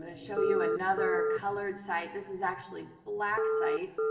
ah show you another colored site. this is actually black site.